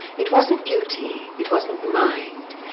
it wasn't beauty. it wasn't mind.